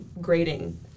grading